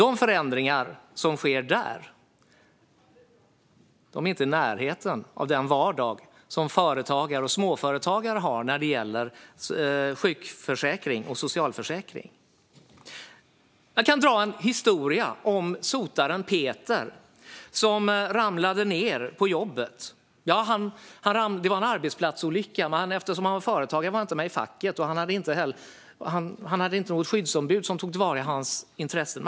De förändringar som sker där är inte i närheten av den vardag som företagare och småföretagare har när det gäller sjukförsäkring och socialförsäkring. Jag kan dra en historia om sotaren Peter, som ramlade ned från ett tak. Det var en arbetsplatsolycka. Eftersom han var företagare var han inte med i facket. Han hade inte något skyddsombud som tog till vara hans intressen.